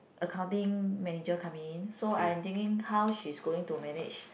accounting manager coming in so I'm thinking how she's going to manage